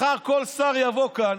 מחר כל שר יבוא לכאן,